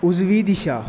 उजवी दिशा